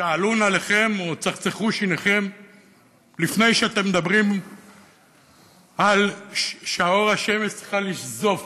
שלו נעליכם או צחצחו שיניכם לפני שאתם מדברים על אור השמש שצריך לשזוף,